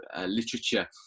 literature